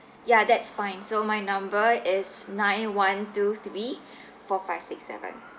ya that's fine so my number is nine one two three four five six seven